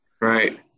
right